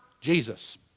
Jesus